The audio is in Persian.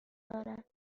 دارد